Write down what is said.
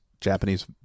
Japanese